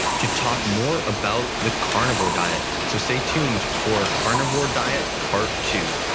to talk more about the carnivore diet. so stay tuned for carnivore diet part two.